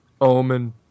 Omen